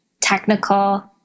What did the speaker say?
technical